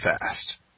fast